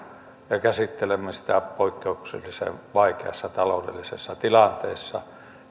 ja käsittelemme sitä poikkeuksellisen vaikeassa taloudellisessa tilanteessa